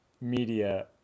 media